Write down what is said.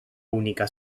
única